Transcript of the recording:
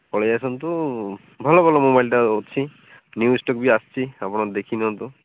ପଳେଇ ଆସନ୍ତୁ ଭଲ ଭଲ ମୋବାଇଲ୍ଟା ଅଛି ନ୍ୟୁ ଷ୍ଟକ୍ ବି ଆସିଛି ଆପଣ ଦେଖି ନିଅନ୍ତୁ